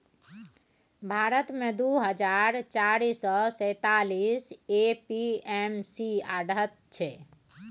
भारत मे दु हजार चारि सय सैंतालीस ए.पी.एम.सी आढ़त छै